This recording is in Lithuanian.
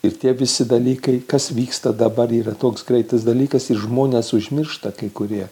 ir tie visi dalykai kas vyksta dabar yra toks greitas dalykas ir žmonės užmiršta kai kurie